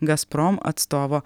gazprom atstovo